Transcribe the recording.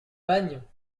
bagne